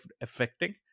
affecting